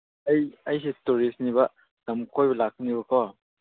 ꯑꯩ ꯑꯩꯁꯤ ꯇꯨꯔꯤꯁꯅꯦꯕ ꯂꯝ ꯀꯣꯏꯕ ꯂꯥꯛꯄꯅꯦꯕꯀꯣ